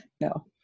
No